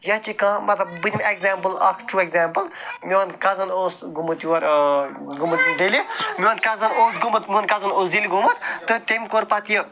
ییٚتہِ چھِ کانٛہہ مطلب بہٕ دِم ایٚگزامپٕل اَکھ ٹروٗ ایٚگزامپٕل میٛون کَزٕن اوس گومُت یور ٲں گومُت دِلہِ میٛون کَزٕن اوس گومُت میٛون کَزٕن اوس دِلہِ گومُت تہٕ تٔمۍ کوٚر پتہٕ یہِ